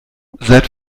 seit